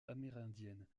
amérindienne